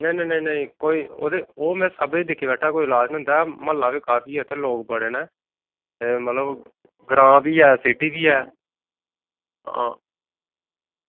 नेईं नेईं ओह् में सबकिश दिक्खी बैठा ते एह्दा कोई लाज़ निं होंदा ऐ ते इत्थें लोग काफी न ते मतलब ग्रांऽ बी ऐ सिटी बी ऐ आं